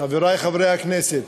חברי חברי הכנסת,